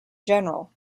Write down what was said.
general